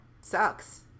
sucks